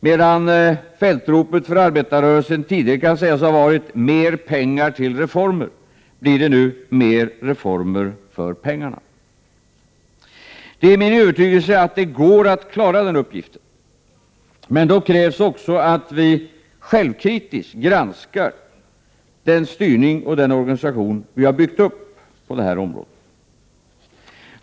Medan fältropet för arbetarrörelsen tidigare kan sägas ha varit ”Mer pengar till reformer!” , blir det nu ”Mer reformer för pengarna!”. Det är min övertygelse att det går att klara den uppgiften, men då krävs också att vi självkritiskt granskar den styrning och organisation vi byggt upp på detta område.